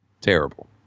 Terrible